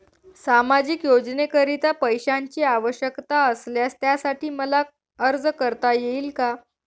सामाजिक योजनेकरीता पैशांची आवश्यकता असल्यास त्यासाठी मला अर्ज करता येईल का?